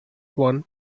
one